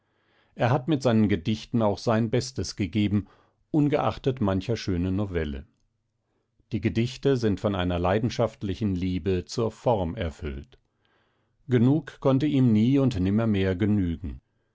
er hat mit seinen gedichten sein bestes gegeben ungeachtet mancher schönen novelle die gedichte sind von einer leidenschaftlichen liebe zur form erfüllt genug konnte ihm nie und nimmermehr genügen